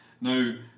now